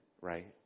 right